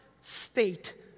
state